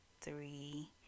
three